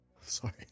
Sorry